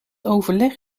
overleg